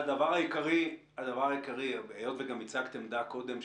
היות שגם הצגת עמדה קודם,